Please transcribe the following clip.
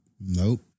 Nope